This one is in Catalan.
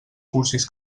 cursis